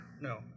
No